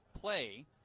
play